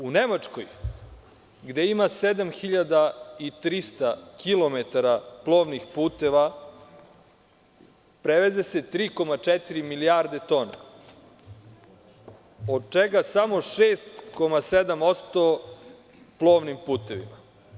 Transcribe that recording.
U Nemačkoj, gde ima 7.300 kilometara plovnih puteva, preveze se 3,4 milijarde tona, od čega samo 6,7% plovnim putevima.